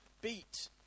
beat